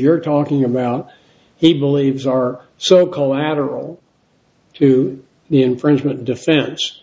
you're talking about he believes are so collateral to the infringement defense